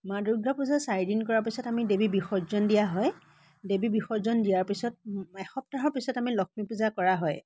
মা দুৰ্গা পূজা চাৰিদিন কৰাৰ পাছত আমি দেৱী বিসৰ্জন দিয়া হয় দেৱী বিসৰ্জন দিয়াৰ পিছত এসপ্তাহৰ পিছত আমি লক্ষ্মী পূজা কৰা হয়